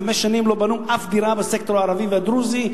חמש שנים לא בנו אף דירה בסקטור הערבי והדרוזי,